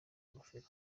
ingofero